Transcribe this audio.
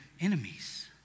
enemies